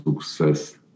success